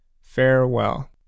Farewell